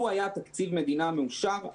לו היה תקציב מדינה מאושר,